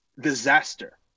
disaster